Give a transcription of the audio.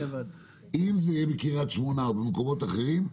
אם זה יהיה בקריית שמונה או במקומות אחרים,